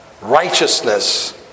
righteousness